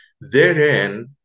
Therein